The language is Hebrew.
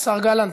השר גלנט.